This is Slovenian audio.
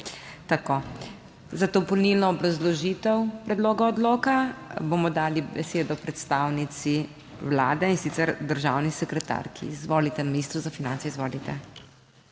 Tako. Za dopolnilno obrazložitev predloga odloka bomo dali besedo predstavnici Vlade in sicer državni sekretarki, izvolite, Ministrstvo za finance, izvolite.